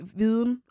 viden